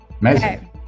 Amazing